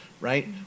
Right